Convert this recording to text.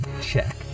check